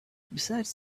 besides